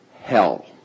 hell